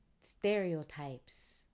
Stereotypes